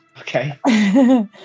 Okay